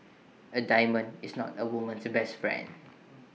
A diamond is not A woman's best friend